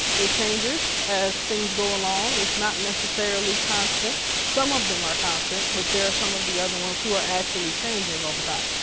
it changes as things go along, it's not necessarily constant. some of them are constant, but there are some of the other ones who are actually changing overtime.